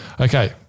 Okay